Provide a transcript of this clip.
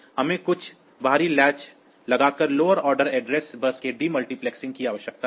हमें कुछ बाहरी लैच लगाकर लोअर ऑर्डर एड्रेस बस के डी मल्टीप्लेक्सिंग की आवश्यकता है